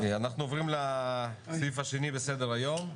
אנחנו עוברים לסעיף השני בסדר היום,